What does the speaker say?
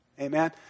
Amen